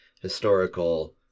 historical